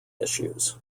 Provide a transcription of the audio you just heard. issues